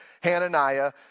Hananiah